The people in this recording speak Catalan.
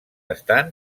estan